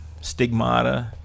stigmata